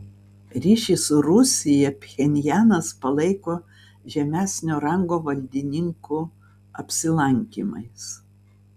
ryšį su rusija pchenjanas palaiko žemesnio rango valdininkų apsilankymais